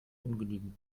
ungenügend